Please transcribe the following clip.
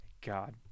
god